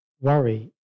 worry